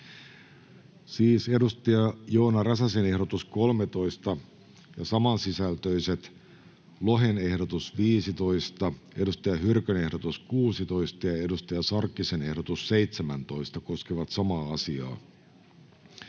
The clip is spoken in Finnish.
Content: Joona Räsäsen ehdotus 13 sekä samansisältöiset Markus Lohen ehdotus 15, Saara Hyrkön ehdotus 16 ja Hanna Sarkkisen ehdotus 17 koskevat samaa asiaa,